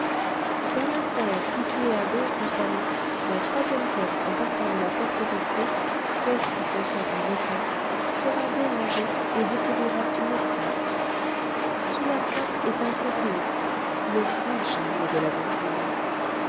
dans la serre située à gauche du salon la troisième caisse en partant de la porte vitrée caisse qui contient un yucca sera dérangée et découvrira une trappe sous la trappe est un sépulcre le vrai charnier de la vampire